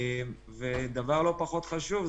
דבר לא פחות חשוב,